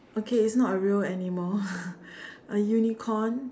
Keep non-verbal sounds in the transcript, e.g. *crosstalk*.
okay it's not a real animal *laughs* a unicorn